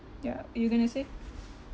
yup you're going to say